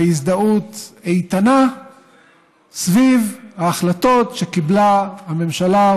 בהזדהות איתנה סביב ההחלטות שקיבלה הממשלה,